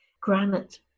granite